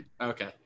Okay